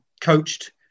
coached